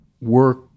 Work